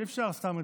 אי-אפשר סתם לדבר.